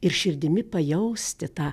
ir širdimi pajausti tą